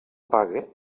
pague